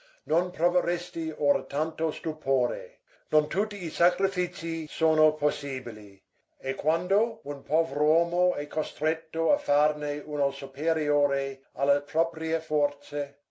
non proveresti ora tanto stupore non tutti i sacrifizi sono possibili e quando un pover uomo è costretto a farne uno superiore alle proprie forze